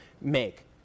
make